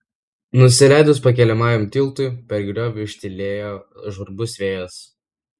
nusileidus pakeliamajam tiltui per griovį ūžtelėjo žvarbus vėjas